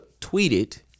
tweeted